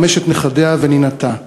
חמשת נכדיה ונינתה.